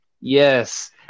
Yes